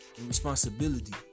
Responsibility